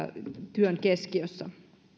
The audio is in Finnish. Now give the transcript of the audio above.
työn keskiössä